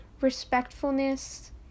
respectfulness